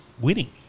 winning